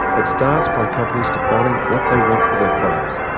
it starts by companies defining what they want for their products,